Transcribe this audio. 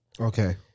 Okay